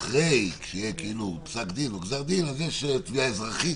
כשהיה פסק דין או גזר דין אז יש תביעה אזרחית,